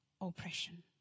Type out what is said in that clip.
oppression